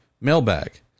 mailbag